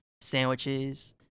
sandwiches